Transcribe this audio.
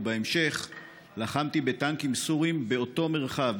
ובהמשך לחמתי בטנקים סוריים באותו מרחב,